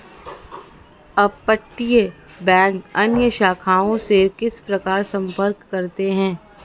अपतटीय बैंक अन्य शाखाओं से किस प्रकार संपर्क करते हैं?